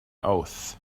oath